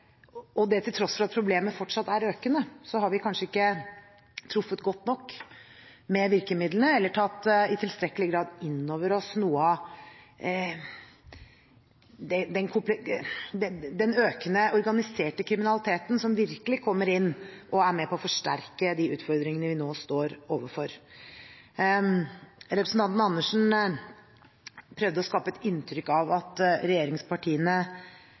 og at problemet til tross for det fortsatt er økende, viser at vi kanskje ikke har truffet godt nok med virkemidlene, eller i tilstrekkelig grad tatt innover oss noe av den økende organiserte kriminaliteten som virkelig kommer inn og er med på å forsterke de utfordringene vi nå står overfor. Representanten Andersen prøvde å skape et inntrykk av at regjeringspartiene